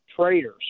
traders